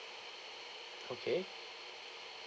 okay